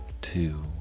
two